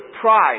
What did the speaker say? pride